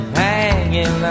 hanging